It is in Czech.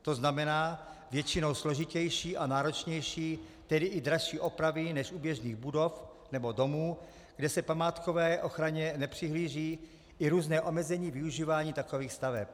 To znamená, většinou složitější a náročnější, tedy i dražší opravy než u běžných budov nebo domů, kde se k památkové ochraně nepřihlíží, i různé omezení využívání takovýchto staveb.